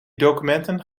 documenten